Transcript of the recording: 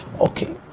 okay